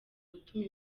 gutuma